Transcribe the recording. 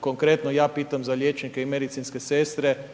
konkretno ja pitam za liječnike i medicinske sestre